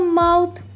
mouth